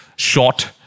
Short